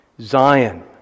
Zion